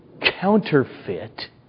counterfeit